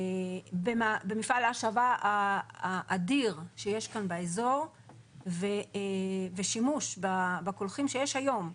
במפעל ההשבה האדיר שיש כאן באזור ושימוש בקולחים שיש היום.